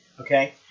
okay